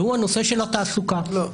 והוא הנושא של התעסוקה -- לא,